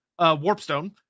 Warpstone